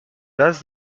does